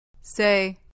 Say